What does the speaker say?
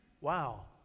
wow